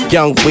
Young